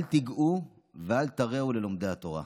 אל תיגעו ואל תרעו ללומדי התורה.